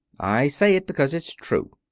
i say it because it's true.